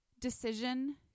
decision